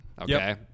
okay